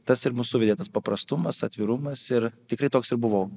tas ir mus suvedė tas paprastumas atvirumas ir tikrai toks ir buvo